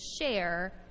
share